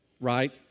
Right